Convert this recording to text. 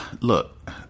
look